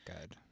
good